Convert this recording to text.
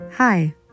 Hi